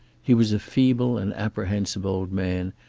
he was a feeble and apprehensive old man,